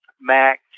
Mac